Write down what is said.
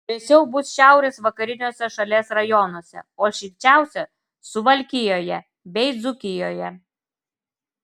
vėsiau bus šiaurės vakariniuose šalies rajonuose o šilčiausia suvalkijoje bei dzūkijoje